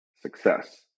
success